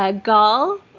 Gall